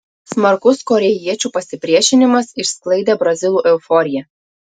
smarkus korėjiečių pasipriešinimas išsklaidė brazilų euforiją